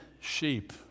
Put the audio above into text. sheep